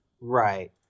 Right